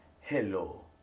Hello